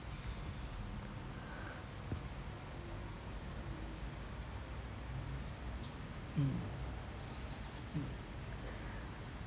mm mm